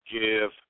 give